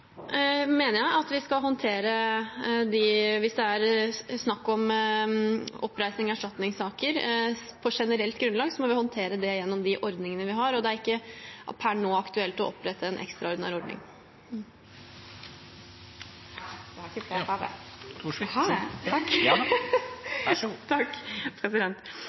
mener jeg at hvis det er snakk om oppreisnings- og erstatningssaker på generelt grunnlag, må vi håndtere dem gjennom de ordningene vi har. Det er ikke per nå aktuelt å opprette en ekstraordinær ordning. Det blir oppfølgingsspørsmål – først Ingvild Wetrhus Thorsvik. Riksadvokaten har også slått fast at det